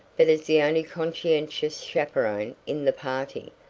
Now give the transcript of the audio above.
but as the only conscientious chaperon in the party,